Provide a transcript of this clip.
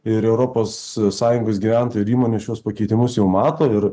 ir europos sąjungos gyventojai ir įmonės šiuos pakeitimus jau mato ir